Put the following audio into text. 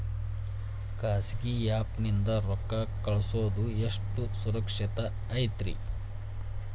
ಖಾಸಗಿ ಆ್ಯಪ್ ನಿಂದ ರೊಕ್ಕ ಕಳ್ಸೋದು ಎಷ್ಟ ಸುರಕ್ಷತಾ ಐತ್ರಿ?